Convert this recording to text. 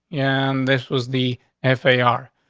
and this was the f a r.